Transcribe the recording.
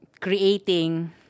creating